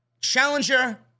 challenger